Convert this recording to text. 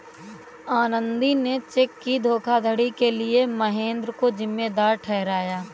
आनंदी ने चेक की धोखाधड़ी के लिए महेंद्र को जिम्मेदार ठहराया